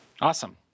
Awesome